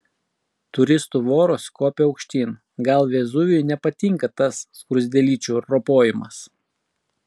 turistų voros kopia aukštyn gal vezuvijui nepatinka tas skruzdėlyčių ropojimas